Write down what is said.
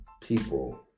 people